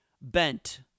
bent